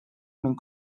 minn